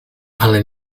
ale